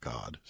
God